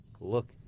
look